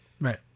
Right